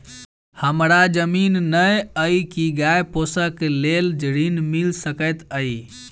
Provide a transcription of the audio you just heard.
हमरा जमीन नै अई की गाय पोसअ केँ लेल ऋण मिल सकैत अई?